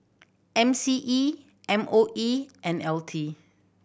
M C E M O E and L T